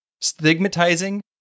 stigmatizing